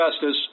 justice